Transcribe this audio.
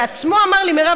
בעצמו אמר לי: מירב,